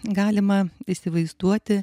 galima įsivaizduoti